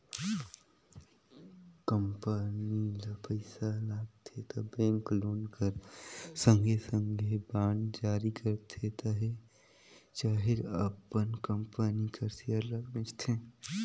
company ल पइसा लागथे त बेंक लोन कर संघे संघे बांड जारी करथे चहे अपन कंपनी कर सेयर ल बेंचथे